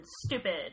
stupid